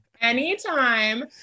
Anytime